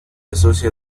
asocia